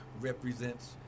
represents